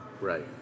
Right